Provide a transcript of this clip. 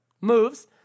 moves